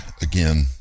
again